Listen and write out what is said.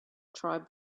tribe